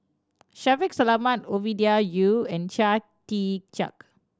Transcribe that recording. Shaffiq Selamat Ovidia Yu and Chia Tee Chiak